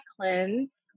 cleanse